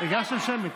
הגשתם שמית.